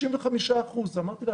95%. אמרתי לה,